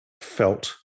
felt